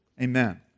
amen